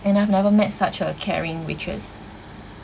and I've never met such a caring waitress